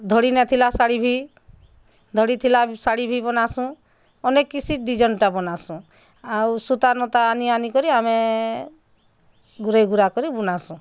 ଧଡ଼ି ନଥିଲା ଶାଢ଼ି ଭି ଧଡ଼ି ଥିଲା ଶାଢ଼ି ଭି ବନାସୁଁ ଅନେକ କିଛି ଡିଜାଇନ୍ଟା ବନାସୁଁ ଆଉ ସୁତା ନୁତା ଆନି ଆନି କରି ଆମେ ଗୁରେଇ ଗୁରା କରି ବୁନାସୁଁ